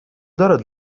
دارد